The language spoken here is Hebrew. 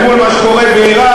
אל מול מה שקורה באיראן,